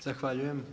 Zahvaljujem.